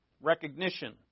Recognition